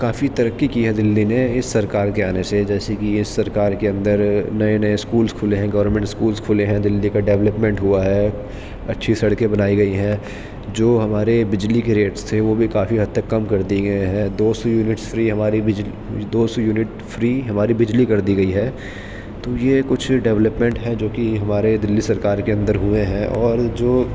کافی ترقی کی ہے دلی نے اس سرکار کے آنے سے جیسے کہ یہ سرکار کے اندر نئے نئے اسکولس کھلے ہیں گورمنٹ اسکولس کھلے ہیں دلی کا ڈیولپمنٹ ہوا ہے اچھی سڑکیں بنائی گئی ہیں جو ہمارے بجلی کے ریٹس تھے وہ بھی کافی حد تک کم کر دیے گئے ہیں دو سو یونٹس فری ہماری دو سو یونٹ فری ہماری بجلی کر دی گئی ہے تو یہ کچھ ڈیولپمنٹ ہیں جو کہ ہمارے دلی سرکار کے اندر ہوئے ہیں اور جو